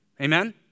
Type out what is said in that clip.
Amen